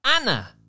Anna